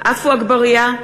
עפו אגבאריה,